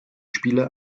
spiele